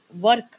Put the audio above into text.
work